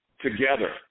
together